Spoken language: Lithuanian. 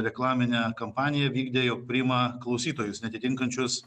reklaminę kampaniją vykdė jog priima klausytojus neatitinkančius